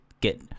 get